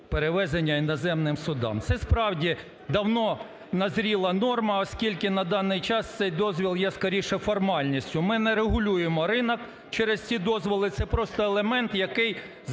перевезення іноземним судам. Це, справді, давно назріла норма, оскільки на даний час цей дозвіл є скоріше формальністю. Ми не регулюємо ринок через ці дозволи, це просто елемент, який